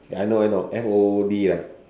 ya I know I know M O O D lah